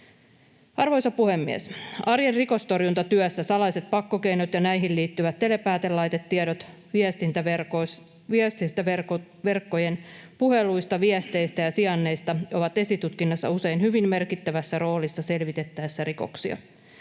Arvoisa puhemies! Arjen rikostorjuntatyössä salaiset pakkokeinot ja näihin liittyvät telepäätelaitetiedot viestintäverkkojen puheluista, viesteistä ja sijainneista ovat esitutkinnassa usein hyvin merkittävässä roolissa selvitettäessä rikoksia.